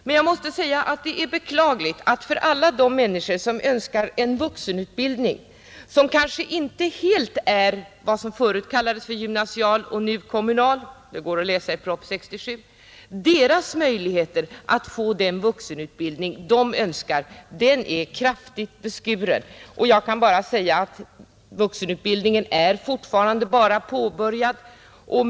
Men det är beklagligt att för alla de människor som önskar en vuxenutbildning som kanske inte helt är vad som förut kallades gymnasial och nu kommunal är möjligheten att få den utbildningen kraftigt beskuren. Vuxenutbildningen är fortfarande bara påbörjad.